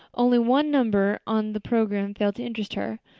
only one number on the program failed to interest her.